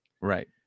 Right